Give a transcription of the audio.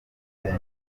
umuco